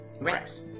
rex